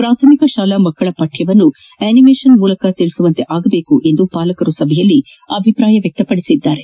ಪ್ರಾಥಮಿಕ ಶಾಲಾ ಮಕ್ಕಳ ಪಠ್ಯವನ್ನು ಎನಿಮೇಷನ್ ಮೂಲಕ ತಿಳಿಸುವಂತೆ ಆಗಬೇಕು ಎಂದು ಪಾಲಕರು ಸಭೆಯಲ್ಲಿ ಅಭಿಪ್ರಾಯ ವ್ಯಕ್ತಪದಿಸಿದರು